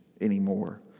anymore